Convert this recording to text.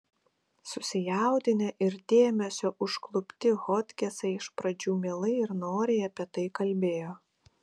susijaudinę ir dėmesio užklupti hodgesai iš pradžių mielai ir noriai apie tai kalbėjo